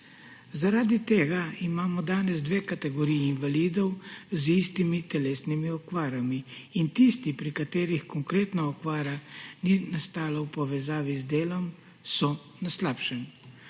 Zaradi tega imamo danes dve kategoriji invalidov z istimi telesnimi okvarami in tisti, pri katerih konkretna okvara ni nastala v povezavi z delom, so na slabšem.